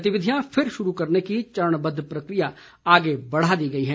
गतिविधियां फिर शुरू करने की चरणबद्व प्रक्रिया आगे बढ़ा दी गयी है